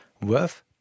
worth